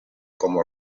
como